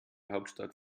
hauptstadt